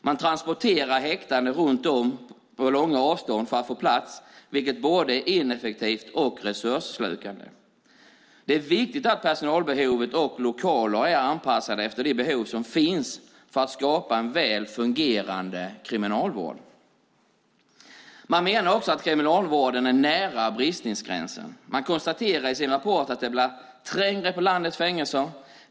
Man transporterar häktade långa avstånd för att de ska få plats, vilket är både ineffektivt och resursslukande. Det är viktigt att personalbehovet och lokaler är anpassade efter de behov som finns för att skapa en väl fungerande kriminalvård. Man menar att kriminalvården är nära bristningsgränsen. Man konstaterar i sin rapport att det blir allt trängre på landets fängelser.